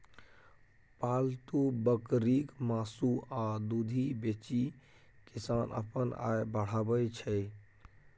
पालतु बकरीक मासु आ दुधि बेचि किसान अपन आय बढ़ाबै छै